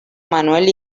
manuel